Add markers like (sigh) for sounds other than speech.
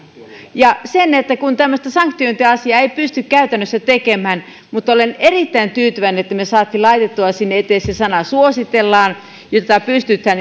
ja tämmöistä sanktiointiasiaa ei pysty käytännössä tekemään mutta olen erittäin tyytyväinen että me saimme laitettua sinne eteen sen sanan suositellaan jotta pystytään (unintelligible)